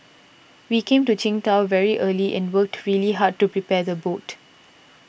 we came to Qingdao very early and worked really hard to prepare the boat